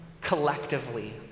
collectively